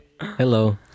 Hello